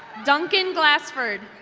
duncan glassford.